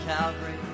Calvary